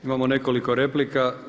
Imamo nekoliko replika.